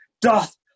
doth